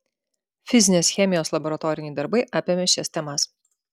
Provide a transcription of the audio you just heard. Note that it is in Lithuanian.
fizinės chemijos laboratoriniai darbai apėmė šias temas